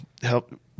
help